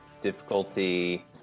difficulty